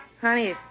Honey